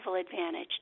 advantage